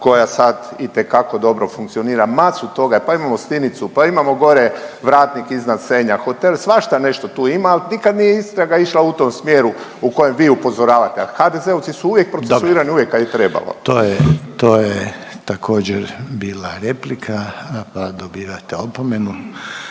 koja sad itekako dobro funkcionira. Masu toga, pa imamo … /Govornik se ne razumije./… pa imamo gore vratnik iznad Senja, hotel. Svašta nešto tu ima, ali nikad nije istraga išla u tom smjeru u kojem vi upozoravate, a HDZ-ovci su uvijek procesuirani uvijek kad je trebalo. **Reiner, Željko (HDZ)** Dobro. To je također bila replika, pa dobivate opomenu.